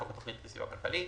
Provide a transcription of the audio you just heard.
חוק התכנית לסיוע כלכלי),